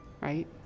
right